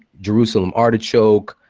jerusalem artichoke,